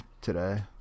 today